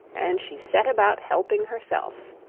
and she set about helping herself.